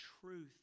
truth